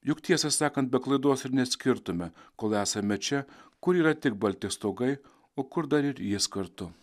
juk tiesą sakant be klaidos ir neatskirtume kol esame čia kur yra tik balti stogai o kur dar ir jis kartu